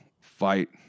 fight